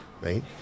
right